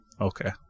Okay